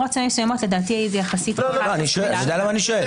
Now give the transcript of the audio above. אני יודע למה אני שואל.